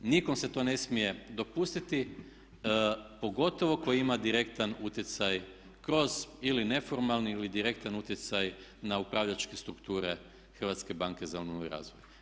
Nikom se to ne smije dopustiti pogotovo tko ima direktan utjecaj kroz ili neformalni ili direktan utjecaj na upravljačke strukture Hrvatske banke za obnovu i razvoj.